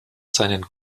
seinen